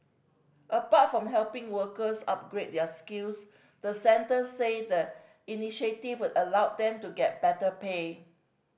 apart from helping workers upgrade their skills the centre said the initiative would allow them to get better pay